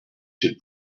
should